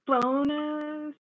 bonus